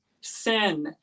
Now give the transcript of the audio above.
sin